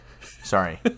Sorry